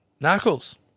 Knuckles